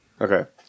Okay